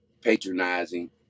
patronizing